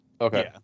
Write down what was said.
Okay